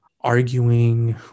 arguing